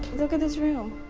look at this room.